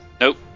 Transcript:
Nope